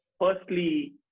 firstly